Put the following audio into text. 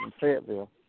Fayetteville